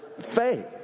faith